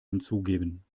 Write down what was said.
hinzugeben